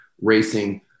racing